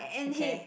okay